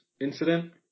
incident